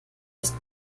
ist